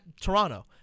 Toronto